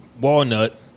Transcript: Walnut